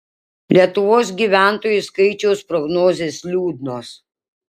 lietuvos gyventojų skaičiaus prognozės liūdnos